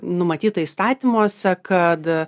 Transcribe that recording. numatyta įstatymuose kad a